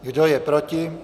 Kdo je proti?